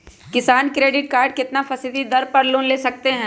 किसान credit card कितना फीसदी दर पर लोन ले सकते हैं?